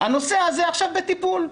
הנושא הזה עכשיו בטיפול,